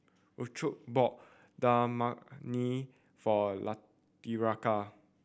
Rocio bought Dal Makhani for Latricia